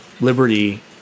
liberty